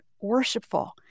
worshipful